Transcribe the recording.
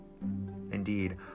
Indeed